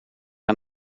aan